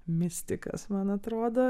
mistikas man atrodo